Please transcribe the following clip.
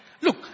Look